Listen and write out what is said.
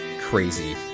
crazy